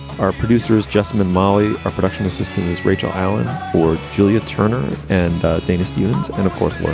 our producers just molly. our production assistant is rachel allen for julia turner and dana stevens. and of course,